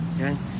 okay